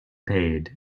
paid